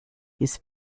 his